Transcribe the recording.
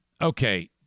Okay